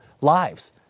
lives